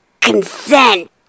consent